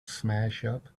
smashup